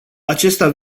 acesta